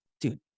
dude